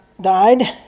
died